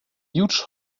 huge